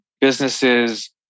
Businesses